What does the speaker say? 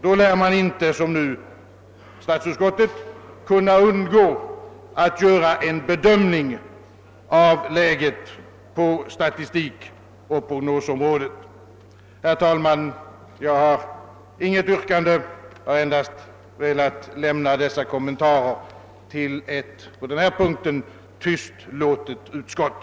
Då lär man inte, som statsutskottet nu gör, undgå att företa en bedömning av läget på statistikoch prognosområdet. Herr talman! Jag har inget yrkande. Jag har endast velat göra några kommentarer till utlåtandet från ett på denna punk tystlåtet utskott.